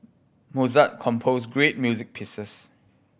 Mozart composed great music pieces